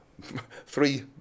three